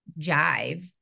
jive